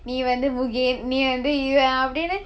நீ வந்து:nee vandhu mugen நீ வந்து:nee vandhu yuva அப்படின்னு: appadinnu